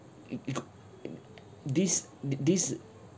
it it could uh this th~ this